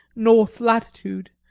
north latitude,